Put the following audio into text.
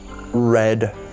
red